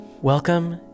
Welcome